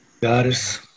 Goddess